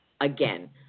again